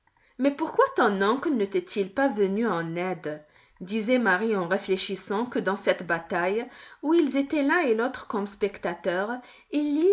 mais pourquoi ton oncle ne t'est-il pas venu en aide disait marie en réfléchissant que dans cette bataille où ils étaient l'un et l'autre comme spectateurs il